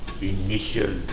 initial